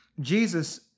Jesus